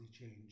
change